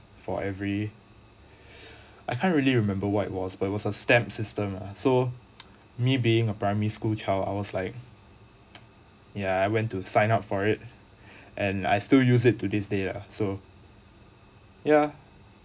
for every I can't really remember why was but it was a stem system lah so me being a primary school child ours like ya I went to sign up for it and I still use it to this day lah so ya